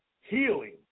healing